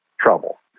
trouble